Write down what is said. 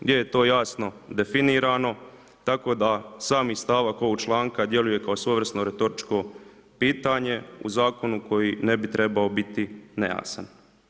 Gdje je to jasno definirano, tako da sami stavak ovog članka djeluje kao svojevrsno retoričko pitanje u Zakonu koji ne bi trebao biti nejasan.